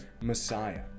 Messiah